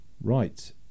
Right